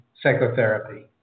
psychotherapy